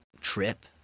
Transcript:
trip